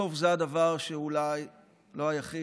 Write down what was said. בסוף זה הדבר שאולי הוא לא היחיד,